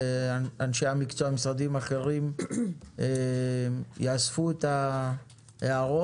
אנשי המקצוע ומשרדים אחרים יאספו את ההערות,